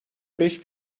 beş